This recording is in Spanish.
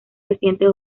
recientes